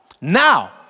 Now